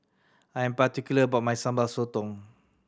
I'm particular about my Sambal Sotong